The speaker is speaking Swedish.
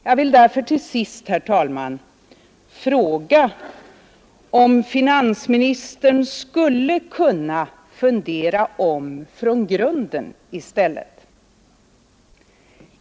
Jag vill därför till sist, herr talman, fråga om finansministern skulle kunna fundera om från grunden i stället.